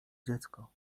dziecko